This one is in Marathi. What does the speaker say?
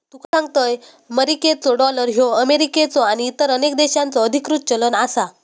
तुका सांगतंय, मेरिकेचो डॉलर ह्यो अमेरिकेचो आणि इतर अनेक देशांचो अधिकृत चलन आसा